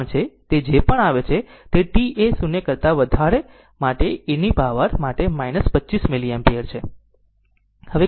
તે જે પણ આવે છે તે t એ 0 કરતા વધારે માટે eની પાવર માટે 25 મિલિએમ્પીયર છે